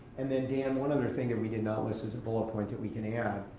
and then, dan, one other thing that we did not list is a bullet point that we can add.